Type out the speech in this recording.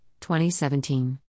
2017